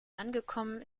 angekommen